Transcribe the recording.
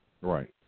Right